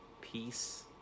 Peace